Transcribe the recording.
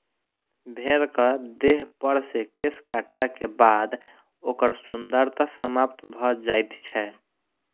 भेंड़क देहपर सॅ केश काटलाक बाद ओकर सुन्दरता समाप्त भ जाइत छै